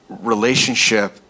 relationship